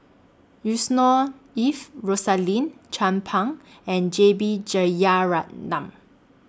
Yusnor Ef Rosaline Chan Pang and J B Jeyaretnam